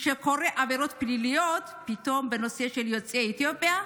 כשקורות עבירות פליליות אצל יוצאי אתיופיה,